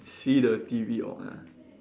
see the T_V all ah